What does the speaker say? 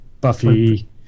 Buffy